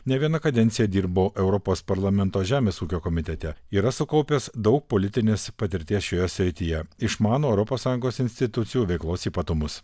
ne vieną kadenciją dirbo europos parlamento žemės ūkio komitete yra sukaupęs daug politinės patirties šioje srityje išmano europos sąjungos institucijų veiklos ypatumus